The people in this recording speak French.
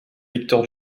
victor